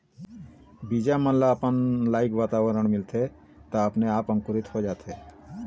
बीजा मन ल अपन लइक वातावरन मिलथे त अपने आप अंकुरित हो जाथे